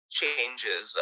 changes